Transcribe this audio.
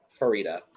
Farida